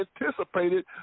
anticipated